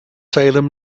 salem